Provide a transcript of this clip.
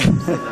בכיסאות,